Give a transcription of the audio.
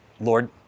Lord